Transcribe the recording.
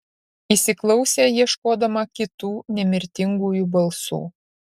įsiklausė ieškodama kitų nemirtingųjų balsų